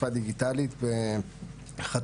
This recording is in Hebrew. גם בפני מערכת אכיפת החוק,